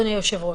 אדוני היושב-ראש,